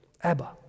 Abba